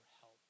help